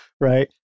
right